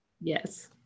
yes